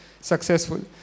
successful